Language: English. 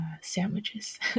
sandwiches